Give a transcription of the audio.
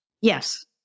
Yes